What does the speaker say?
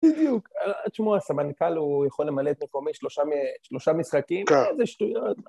בדיוק. את שומעת, סמנכ"ל הוא יכול למלא את מקומי שלושה משחקים? כן. איזה שטויות.